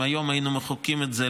אם היום היינו מחוקקים את זה,